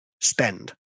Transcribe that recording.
spend